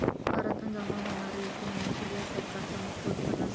करातुन जमा होणारो एकूण महसूल ह्या सरकारचा मुख्य उत्पन्न असा